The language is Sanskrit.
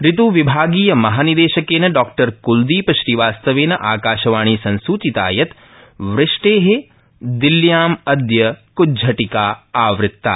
ऋत्विभागीयमहानिदेशेन डॉ क्लदी श्रीवास्तवेन आकाशवाणी सूचिता यत् वृष्टे दिल्ल्यामद्य क्ज्झटिका आवृत्ता